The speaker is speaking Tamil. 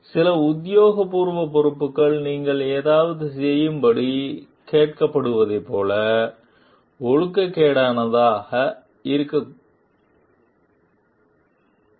சில உத்தியோகபூர்வ பொறுப்புகள் நீங்கள் ஏதாவது செய்யும்படி கேட்கப்படுவதைப் போல ஒழுக்கக்கேடானதாக கூட இருக்கலாம்